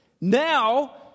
Now